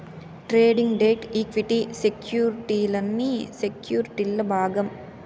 trading, debt, equity సెక్యుర్టీలన్నీ సెక్యుర్టీల్ల భాగం